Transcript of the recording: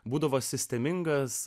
būdavo sistemingas